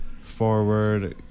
forward